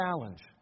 Challenge